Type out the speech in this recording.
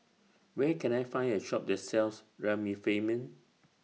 Where Can I Find A Shop that sells Remifemin